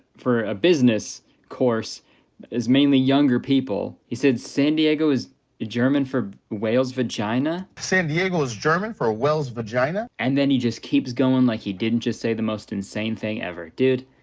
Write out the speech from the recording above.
for a business course as mainly younger people. he said san diego is german for whale's vagina? san diego is german for ah wale's vagina. and then he just keeps going like he didn't just say the most insane thing ever. dude.